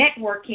networking